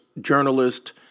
journalist